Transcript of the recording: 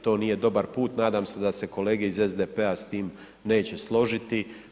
To nije dobar put, nadam se da se kolega iz SDP-a s tim neće složiti.